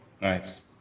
nice